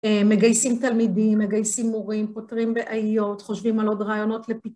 מגייסים תלמידים, מגייסים מורים, פותרים בעיות, חושבים על עוד רעיונות לפתרון.